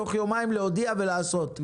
בתוך יומיים להודיע ולעשות.